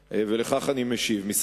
ואני מתחייב לטפל בכך בשיא